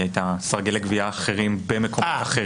היא הייתה לסרגלי גבייה אחרים במקומות אחרים.